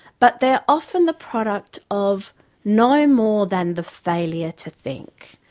but they're often the product of no more than the failure to think.